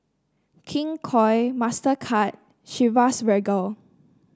King Koil Mastercard Chivas Regal